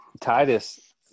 Titus